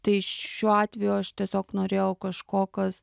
tai šiuo atveju aš tiesiog norėjau kažko kas